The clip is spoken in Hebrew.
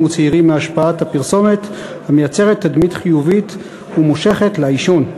וצעירים מהשפעת הפרסומת המייצרת תדמית חיובית ומושכת לעישון.